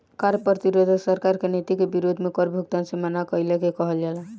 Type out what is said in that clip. कार्य प्रतिरोध सरकार के नीति के विरोध में कर भुगतान से मना कईला के कहल जाला